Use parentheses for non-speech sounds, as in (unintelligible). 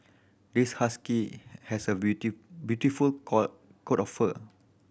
this husky has a (unintelligible) beautiful (unintelligible) coat of fur